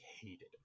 hated